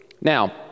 Now